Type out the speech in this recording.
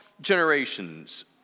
generations